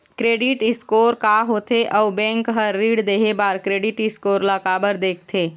Credit score का होथे अउ बैंक हर ऋण देहे बार क्रेडिट स्कोर ला काबर देखते?